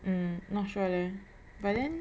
mm I'm not sure leh but then